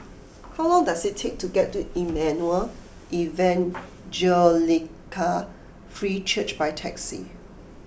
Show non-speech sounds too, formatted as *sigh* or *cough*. how long does it take to get to Emmanuel *noise* Evangelical Free Church by taxi